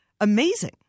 amazing